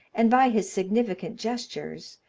and by his significant gestures,